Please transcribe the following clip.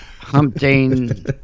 hunting